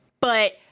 but-